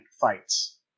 Fights